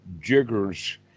jiggers